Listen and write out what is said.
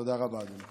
תודה רבה, אדוני.